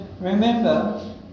Remember